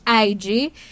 IG